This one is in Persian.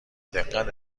دقت